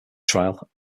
trial